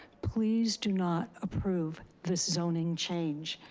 please do not approve this zoning change.